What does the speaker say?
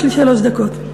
של שלוש דקות.